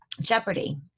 Jeopardy